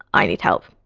i need help.